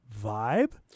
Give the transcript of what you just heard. vibe